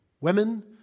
Women